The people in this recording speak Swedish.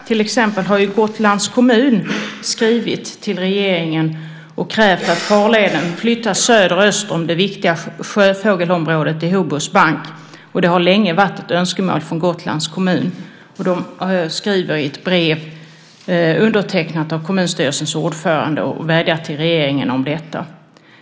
Till exempel har Gotlands kommun skrivit till regeringen och krävt att farleden flyttas sydöst om det viktiga sjöfågelområdet i Hoburgs bank. Det har länge varit ett önskemål från Gotlands kommun. De skriver i ett brev undertecknat av kommunstyrelsens ordförande och vädjar till regeringen om detta.